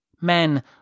Men